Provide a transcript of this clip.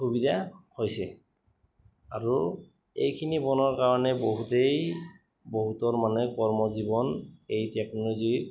সুবিধা হৈছে আৰু এইখিনি বনোৱাৰ কাৰণে বহুতেই বহুতৰ মানে কৰ্মজীৱন এই টেকন'লজিৰ